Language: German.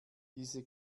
diese